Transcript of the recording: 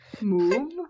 move